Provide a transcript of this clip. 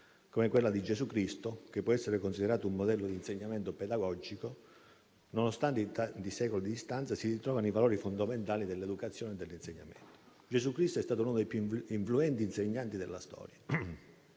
come quella di Gesù Cristo, che può essere considerato un modello d'insegnamento pedagogico nonostante i tanti secoli di distanza, si ritrovano i valori fondamentali dell'educazione e dell'insegnamento. Gesù Cristo è stato uno dei più influenti insegnanti della storia,